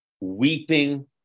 weeping